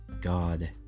God